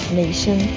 nation